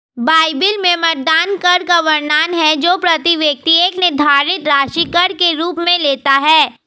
Bible में मतदान कर का वर्णन है जो प्रति व्यक्ति एक निर्धारित राशि कर के रूप में लेता है